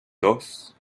dos